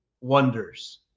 wonders